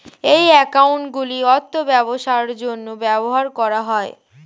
এই অ্যাকাউন্টগুলির অর্থ ব্যবসার জন্য ব্যবহার করা হয়